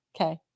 Okay